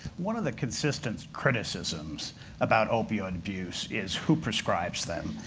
one of the consistent criticisms about opioid abuse is who prescribes them,